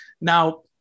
Now